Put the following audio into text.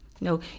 no